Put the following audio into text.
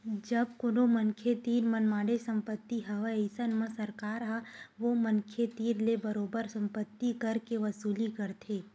जब कोनो मनखे तीर मनमाड़े संपत्ति हवय अइसन म सरकार ह ओ मनखे तीर ले बरोबर संपत्ति कर के वसूली करथे